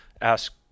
ask